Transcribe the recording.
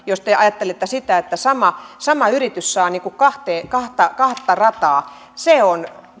jos te ajattelette sitä että sama sama yritys saa kahta kahta rataa